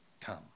come